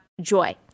joy